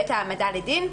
בעת העמדה לדין,